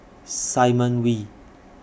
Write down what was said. Simon Wee